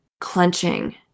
clenching